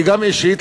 היא גם אישית,